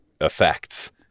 effects